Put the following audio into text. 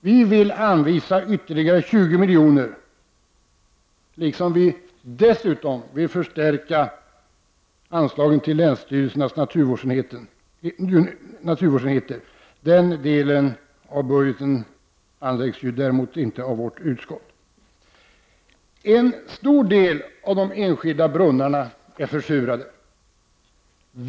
Vi vill anvisa ytterligare 20 milj.kr. Dessutom vill vi förstärka anslagen till länsstyrelsernas naturvårdsenheter. Den delen av budgeten behandlas dock inte av utskottet. En stor del av de enskilda brunnarna är försurade.